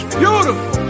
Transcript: beautiful